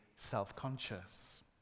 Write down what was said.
self-conscious